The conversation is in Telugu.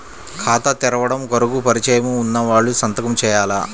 ఖాతా తెరవడం కొరకు పరిచయము వున్నవాళ్లు సంతకము చేయాలా?